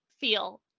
feel